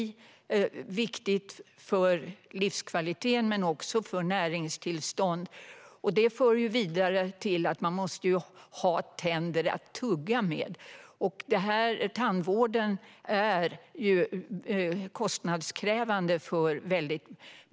Det är viktigt för livskvalitet och näringstillstånd. Det för vidare till att ha tänder att tugga med. Tandvården är kostnadskrävande för många.